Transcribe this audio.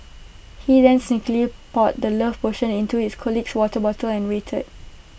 he then sneakily poured the love potion into his colleague's water water and waited